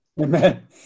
Amen